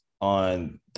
on